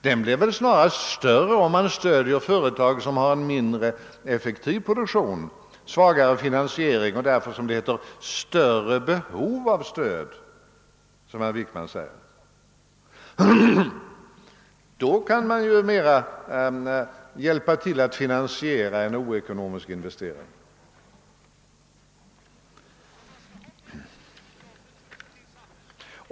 Den blir snarare större om man särskilt stöder företag som har en mindre effektiv produktion och en svagare finansiering och därför, som herr Wickman säger, större behov av stöd. Då kan man hellre hjälpa till att finansiera en oekonomisk investering.